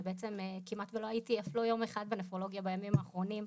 ובעצם כמעט ולא הייתי אף יום אחד בנפרולוגיה בימים האחרונים,